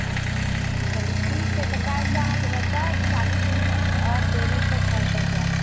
अच्छा चलू ठीक छै तऽ काल्हिसऽ अहाँके बच्चा चालीस मिनट और देरीसऽ घरपर जायत